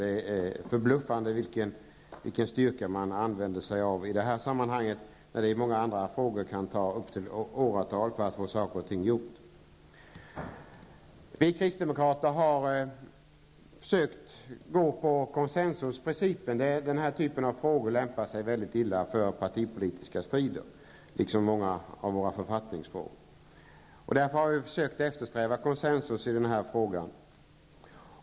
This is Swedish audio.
Det är förbluffande vilken styrka man använde sig av i det här sammanhanget, samtidigt som det när det gäller andra frågor kan ta åratal att få någonting gjort. Vi kristdemokrater har försökt att följa konsensusprincipen, eftersom den här typen av frågor, liksom många författningsfrågor, lämpar sig väldigt illa för partipolitiska strider.